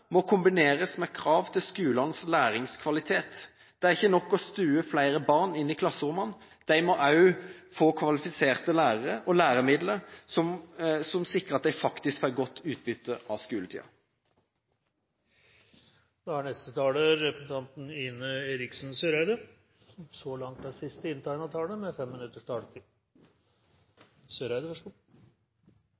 må kombineres med krav til skolenes læringskvalitet. Det er ikke nok å stue flere barn inn i klasserommene; de må også få kvalifiserte lærere og læremidler, som sikrer at de faktisk får godt utbytte av